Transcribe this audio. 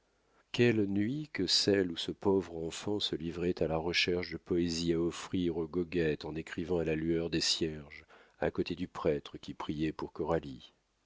quelle nuit que celle où ce pauvre enfant se livrait à la recherche de poésies à offrir aux goguettes en écrivant à la lueur des cierges à côté du prêtre qui priait pour